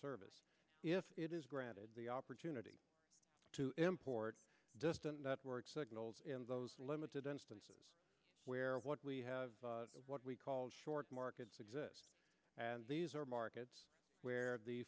service if it is granted the opportunity to import distant network signals in those limited instances where what we have what we call short markets exist and these are markets where the